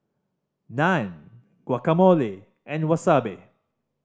Naan Guacamole and Wasabi